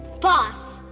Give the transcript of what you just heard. boss,